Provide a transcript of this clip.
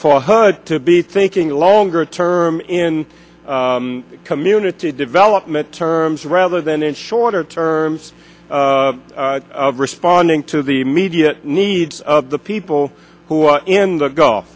for her to be thinking longer term in community development terms rather than in shorter terms of responding to the immediate needs of the people who are in the gulf